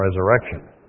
resurrection